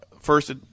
first